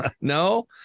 No